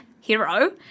hero